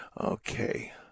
Okay